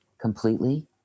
completely